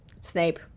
Snape